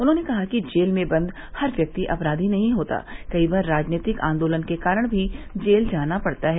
उन्होंने कहा कि जेल में बद हर व्यक्ति अपराधी नहीं होता कई बार राजनैतिक आन्दोलन के कारण भी जेल जाना पड़ता है